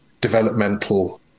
developmental